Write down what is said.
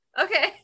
okay